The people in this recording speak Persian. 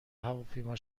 هواپیما